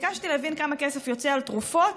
ביקשתי להבין כמה כסף יוצא על תרופות